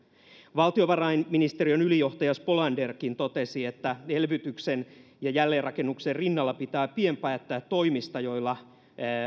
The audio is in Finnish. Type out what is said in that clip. valtiovarainministeriön ylijohtaja spolanderkin totesi että elvytyksen ja jälleenrakennuksen rinnalla pitää pian päättää toimista joilla